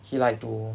he like to